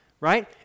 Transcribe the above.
Right